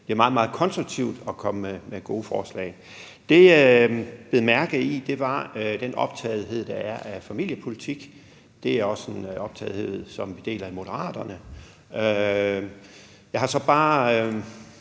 det er meget, meget konstruktivt at komme med gode forslag. Det, jeg bed mærke i, var den optagethed, der er af familiepolitik. Det er en optagethed, som vi også deler i Moderaterne. For mig begynder